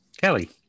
kelly